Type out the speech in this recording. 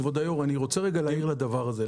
כבוד היושב ראש, אני רוצה להעיר לדבר הזה.